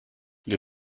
les